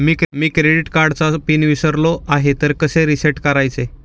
मी credit कार्डचा PIN विसरलो आहे तर कसे रीसेट करायचे?